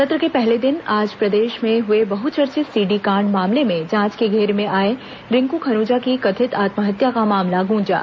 सत्र के पहले दिन आज प्रदेश में हुए बहुचर्चित सीडी कांड मामले में जांच के घेरे में आए रिंकू खनूजा की कथित आत्महत्या का मामला गूंजा